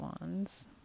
Wands